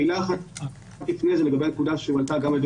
מילה אחת לגבי הנקודה שהועלתה גם על ידי